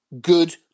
good